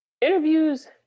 interviews